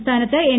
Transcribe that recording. സംസ്ഥാനത്ത് എൻ